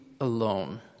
alone